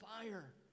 fire